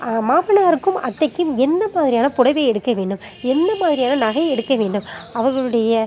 மாப்பிளையாருக்கும் அத்தைக்கும் எந்த மாதிரியான புடவை எடுக்க வேண்டும் என்ன மாதிரியான நகை எடுக்க வேண்டும் அவர்களுடைய